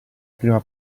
prima